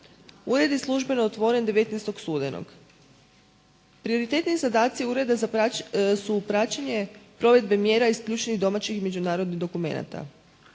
Ured je službeno otvoren 19. studenog. Prioritetni zadaci ureda su praćenje, provedba mjera iz ključnih domaćih i međunarodnih dokumenata.